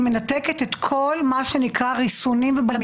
מנתקת את כל מה שנקרא ריסונים ובלמים.